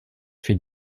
fait